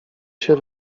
się